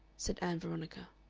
said ann veronica.